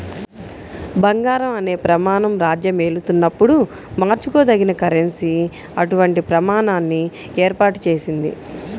బంగారం అనే ప్రమాణం రాజ్యమేలుతున్నప్పుడు మార్చుకోదగిన కరెన్సీ అటువంటి ప్రమాణాన్ని ఏర్పాటు చేసింది